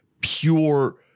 pure